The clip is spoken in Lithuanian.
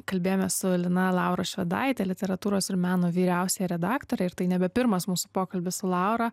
kalbėjome su lina laura švedaitė literatūros ir meno vyriausiąja redaktore ir tai nebe pirmas mūsų pokalbis su laura